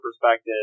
perspective